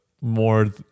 more